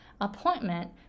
appointment